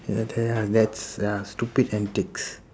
that's ah stupid antics